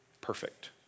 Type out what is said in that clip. perfect